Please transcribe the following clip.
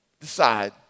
decide